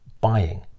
buying